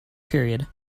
period